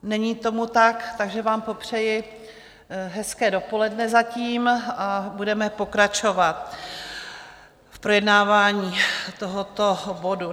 Není tomu tak, takže vám popřeji hezké dopoledne zatím a budeme pokračovat v projednávání tohoto bodu.